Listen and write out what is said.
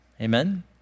Amen